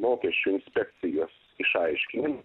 mokesčių inspekcijos išaiškinimas